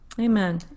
Amen